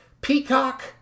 Peacock